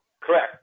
Correct